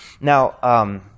Now